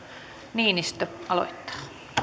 niinistö aloittaa